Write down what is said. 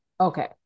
Okay